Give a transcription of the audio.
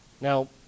Now